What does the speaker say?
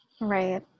right